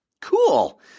Cool